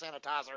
sanitizer